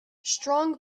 strong